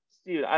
Steve